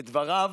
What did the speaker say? לדבריו,